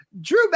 drew